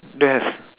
the